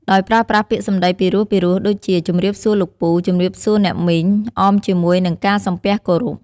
ដោយប្រើប្រាស់ពាក្យសម្ដីពីរោះៗ ដូចជា ជម្រាបសួរលោកពូ ជម្រាបសួរអ្នកមីង អមជាមួយនឹងការសំពះគោរព។